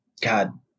God